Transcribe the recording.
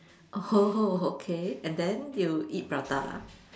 [ho] [ho] okay and then they will eat prata ah